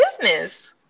business